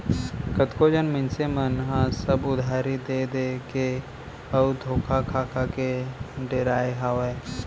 कतको झन मनसे मन ह सब उधारी देय देय के अउ धोखा खा खा डेराय हावय